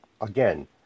again